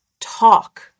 talk